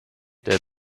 der